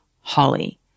HOLLY